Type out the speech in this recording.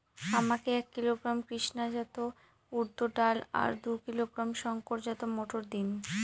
আমাকে এক কিলোগ্রাম কৃষ্ণা জাত উর্দ ডাল আর দু কিলোগ্রাম শঙ্কর জাত মোটর দিন?